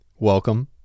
Welcome